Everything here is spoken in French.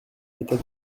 état